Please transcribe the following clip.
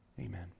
Amen